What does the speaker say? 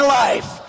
life